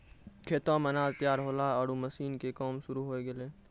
खेतो मॅ अनाज तैयार होल्हों आरो मशीन के काम शुरू होय गेलै